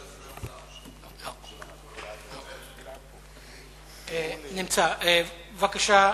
שמספרה 1824. בבקשה,